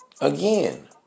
Again